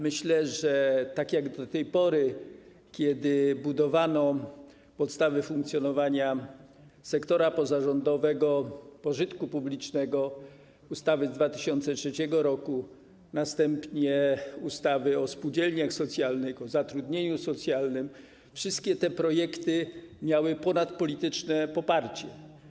Myślę, że do tej pory, kiedy budowano podstawy funkcjonowania sektora pozarządowego pożytku publicznego, ustawy z 2003 r., następnie ustawy o spółdzielniach socjalnych, o zatrudnieniu socjalnym, wszystkie takie projekty miały ponadpolityczne poparcie.